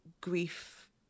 grief